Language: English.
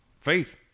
Faith